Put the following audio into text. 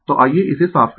तो आइये इसे साफ करें